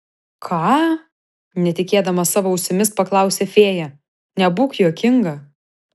ką netikėdama savo ausimis paklausė fėja nebūk juokinga